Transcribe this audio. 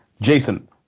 Jason